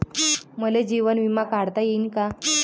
मले जीवन बिमा काढता येईन का?